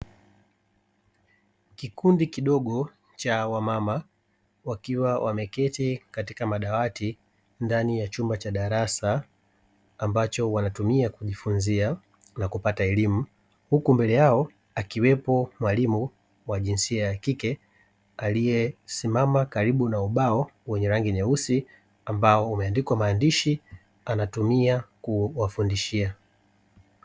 Kikundi kidogo cha wamama wakiwa wameketi katika madawati ndani ya chumba cha darasa; ambacho wanatumia kujifunzia na kupata elimu, huku mbele yao akiwepo mwalimu wa jinsia ya kike, aliyesimama karibu na ubao wenye rangi nyeusi; ambao umeandikwa maandishi anatumia kufundishia.